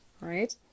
right